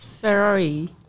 Ferrari